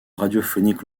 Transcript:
radiophonique